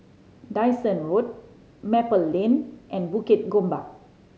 Dyson Road Maple Lane and Bukit Gombak